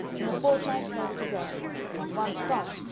in a fortnight they were to go and once gone,